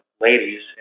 ladies